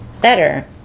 better